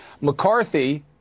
McCarthy